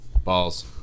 Balls